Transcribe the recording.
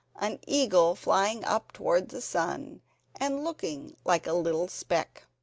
an eagle flying up towards the sun and looking like a little speck.